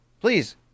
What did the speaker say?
Please